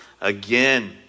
again